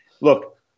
Look